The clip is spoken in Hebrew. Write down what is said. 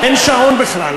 אין שעון בכלל,